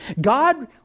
God